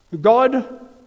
God